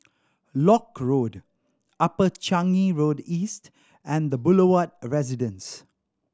Lock Road Upper Changi Road East and The Boulevard Residence